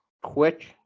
quick